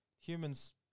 humans